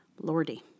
Lordy